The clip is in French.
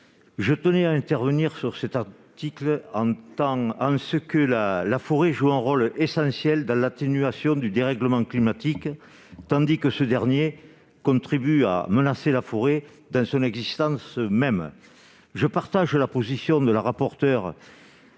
Je tenais à intervenir sur ce titre en en ce que la la forêt joue un rôle essentiel dans l'atténuation du dérèglement climatique, tandis que ce dernier contribuent à menacer la forêt dans son existence même, je partage la position de la rapporteure